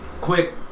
quick